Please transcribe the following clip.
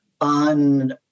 on